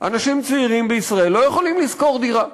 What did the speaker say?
אנשים צעירים בישראל לא יכולים לשכור דירה,